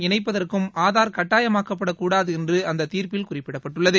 இணைப்பதற்கும் இதன்படி ஆதார் கட்டாயமாக்கப்படக்கூடாது என்று அந்த தீர்ப்பில் குறிப்பிடப்பட்டுள்ளது